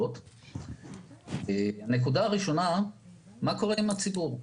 ראשית, מה קורה עם הציבור?